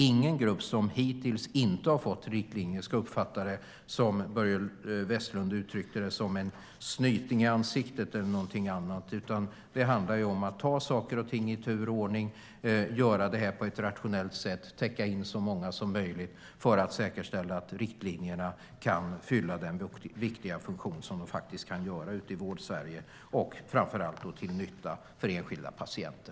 Ingen grupp som hittills inte har fått riktlinjer ska uppfatta det som en snyting i ansiktet, som Börje Vestlund uttryckte det, eller någonting annat. Det handlar i stället om att ta saker och ting i tur och ordning, göra det på ett rationellt sätt och täcka in så många som möjligt, för att säkerställa att riktlinjerna kan fylla den viktiga funktion de faktiskt kan ha ute i Vårdsverige. Det är framför allt till nytta för enskilda patienter.